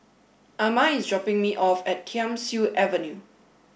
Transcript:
Ama is dropping me off at Thiam Siew Avenue